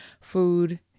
food